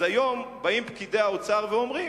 אז היום באים פקידי האוצר ואומרים,